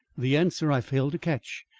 the answer i failed to catch.